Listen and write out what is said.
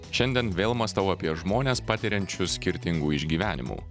šiandien vėl mąstau apie žmones patiriančius skirtingų išgyvenimų